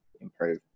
improve